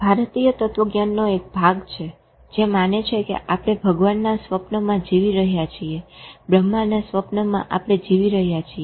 ભારતીય તત્વજ્ઞાનનો એક ભાગ છે જે માને છે કે આપણે ભગવાનના સ્વપ્નમાં જીવી રહ્યા છીએ બ્રહ્માના સ્વપ્નમાં આપણે જીવી રહ્યા છીએ